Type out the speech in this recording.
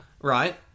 right